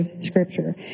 scripture